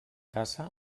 casa